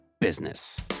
business